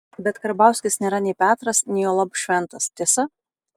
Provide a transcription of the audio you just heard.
bet karbauskis nėra nei petras nei juolab šventas tiesa